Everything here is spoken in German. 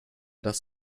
dass